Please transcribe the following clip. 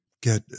get